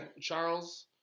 Charles